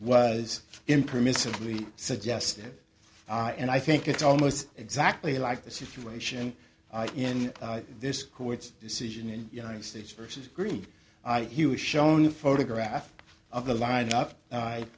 was impermissibly suggestive and i think it's almost exactly like the situation in this court's decision in united states versus green he was shown a photograph of the lineup